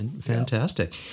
Fantastic